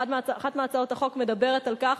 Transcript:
אחת מהצעות החוק מדברת על כך